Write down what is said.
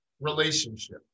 relationship